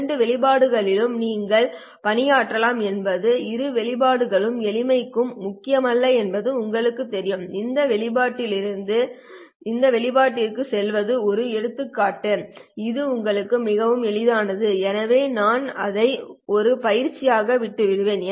இரண்டு வெளிப்பாடுகளிலும் நீங்கள் பணியாற்றலாம் என்பது இரு வெளிப்பாடுகளும் எளிமைக்கு முக்கியமல்ல என்பது உங்களுக்குத் தெரியும் இந்த வெளிப்பாட்டிலிருந்து இந்த வெளிப்பாட்டிற்குச் செல்வது ஒரு எடுத்துக்காட்டு இது உங்களுக்கு மிகவும் எளிதானது எனவே நான் அதை ஒரு பயிற்சியாக விட்டுவிடுவேன்